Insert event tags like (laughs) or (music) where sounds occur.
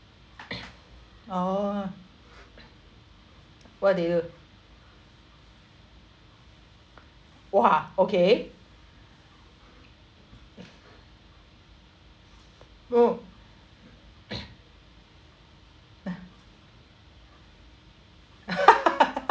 oh what do you !wah! okay mm (laughs)